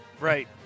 Right